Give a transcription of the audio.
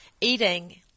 eating